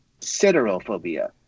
siderophobia